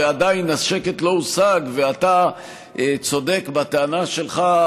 והשקט לא הושג ואתה צודק בטענה שלך,